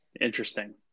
Interesting